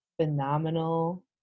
phenomenal